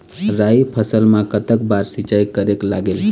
राई फसल मा कतक बार सिचाई करेक लागेल?